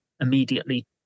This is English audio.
immediately